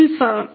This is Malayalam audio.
ഉത്ഭവം